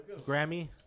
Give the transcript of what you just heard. Grammy